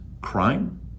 Crime